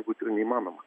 būtų neįmanoma